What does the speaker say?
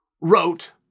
wrote